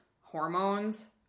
hormones